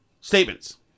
statements